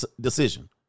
decision